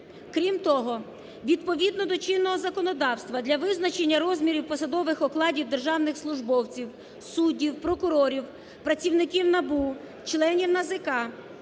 Крім того, відповідного до чинного законодавства для визначення розмірів посадових окладів державних службовців, суддів, прокурорів, працівників НАБУ, членів НАЗК